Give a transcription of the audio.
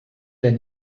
denn